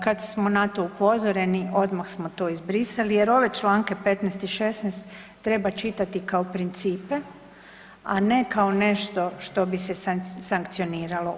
Kad smo na to upozoreni odmah smo to izbrisali jer ove čl. 15. i 16. treba čitati kao principe, a ne kao nešto što bi se sankcioniralo.